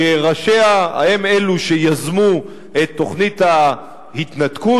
שראשיה הם אלו שיזמו את תוכנית ההתנתקות,